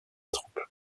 troupe